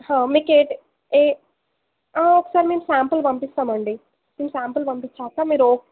మీకు ఏ ఒకసారి మేం శాంపుల్ పంపిస్తామండి మేం శాంపుల్ పంపించాక మీరు